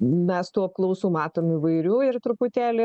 mes tų apklausų matom įvairių ir truputėlį